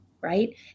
Right